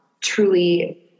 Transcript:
truly